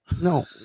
No